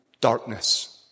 darkness